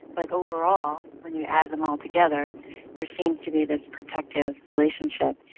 like overall when you add them all together there seems to be this protective relationship.